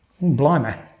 Blimey